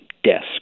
Desk